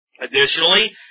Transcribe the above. Additionally